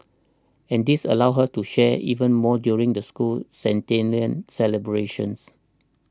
and this allows her to share even more during the school's centennial celebrations